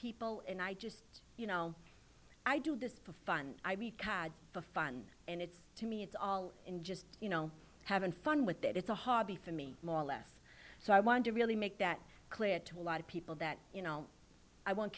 people and i just you know i do this for fun for fun and it's to me it's all in just you know having fun with it it's a hobby for me more or less so i want to really make that clear to a lot of people that you know i wo